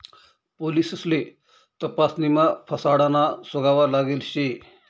पोलिससले तपासणीमा फसाडाना सुगावा लागेल शे